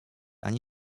ani